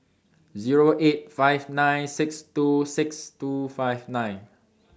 Zero eight five nine six two six two five nine